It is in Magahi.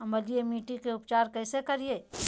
अम्लीय मिट्टी के उपचार कैसे करियाय?